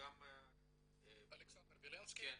אלכסנדר וילנסקי,